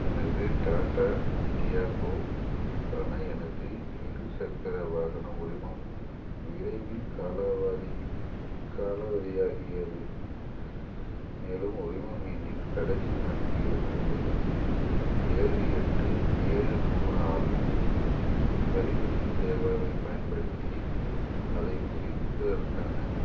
எனது டாட்டா டியாக்கோக்கான எனது இருசக்கர வாகன உரிமம் விரைவில் காலாவதி காலாவதியாகியது மேலும் உரிமம் எண்ணின் கடைசி நான்கு இலக்கங்கள் ஏழு எட்டு ஏழு மூணு ஆகும் பரிவர்ஷன் சேவாவை பயன்படுத்தி அதைப் புதுப்பிப்பதற்கான